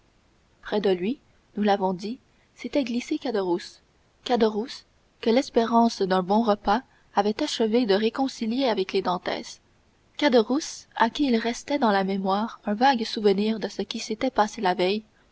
près de lui nous l'avons dit s'était glissé caderousse caderousse que l'espérance d'un bon repas avait achevé de réconcilier avec les dantès caderousse à qui il restait dans la mémoire un vague souvenir de ce qui s'était passé la veille